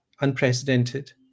unprecedented